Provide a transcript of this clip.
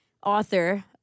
author